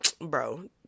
bro